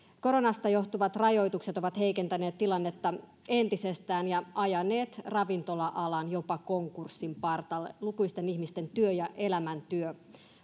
koronasta johtuvat rajoitukset ovat heikentäneet tilannetta entisestään ja ajaneet ravintola alan jopa konkurssin partaalle lukuisten ihmisten työ ja elämäntyö